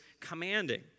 commanding